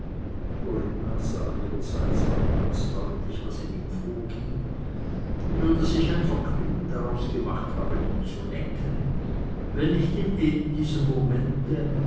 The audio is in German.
corinna ihrerseits sah auch ganz deutlich was in ihm vorging und würde sich ein vergnügen daraus gemacht haben ihn zu necken wenn nicht in eben diesem momente